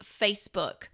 Facebook